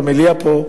פה במליאה.